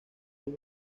los